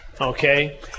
okay